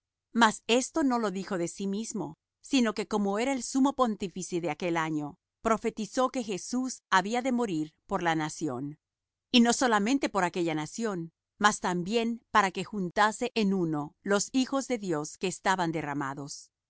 mas esto no lo dijo de sí mismo sino que como era el sumo pontífice de aquel año profetizó que jesús había de morir por la nación y no solamente por aquella nación mas también para que juntase en uno los hijos de dios que estaban derramados